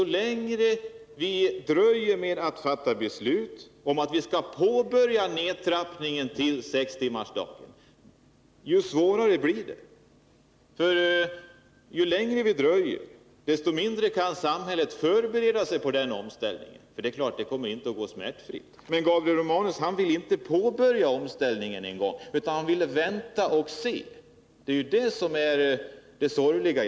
Ju längre vi dröjer med att fatta beslut om att påbörja nedtrappningen till sextimmarsdag, desto svårare blir det. Ju längre vi dröjer, desto mindre kan samhället förbereda sig på den omställningen — för det är klart att det inte kommer att gå smärtfritt. Men Gabriel Romanus vill inte ens att vi skall påbörja omställningen — han vill att vi skall vänta och se. Det är det som är det sorgliga!